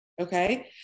okay